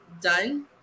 done